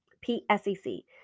P-S-E-C